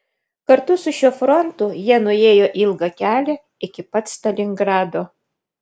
kartu su šiuo frontu jie nuėjo ilgą kelią iki pat stalingrado